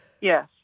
Yes